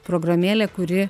programėlė kuri